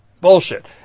Bullshit